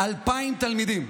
2,000 תלמידים.